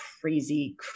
crazy